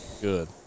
Good